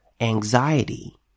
anxiety